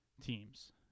teams